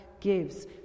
gives